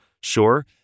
Sure